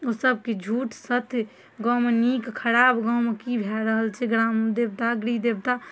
ओ सबकिछु झूठ सत्य गाँवमे नीक खराब गाँवमे की भए रहल छै ग्राम देवता गृह देवता